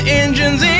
engine's